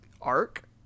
arc